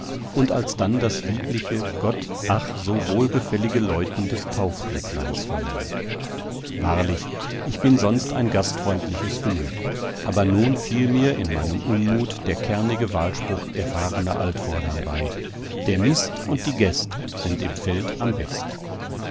und alsdann das liebliche gott ach so wohlgefällige läuten des taufglöckleins vernommen wahrlich ich bin sonst ein gastfreundliches gemüt aber nun fiel mir in meinem unmut der kernige wahlspruch erfahrener altvordern bei der mist und die gäst sind im feld am best